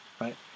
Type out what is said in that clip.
right